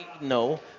No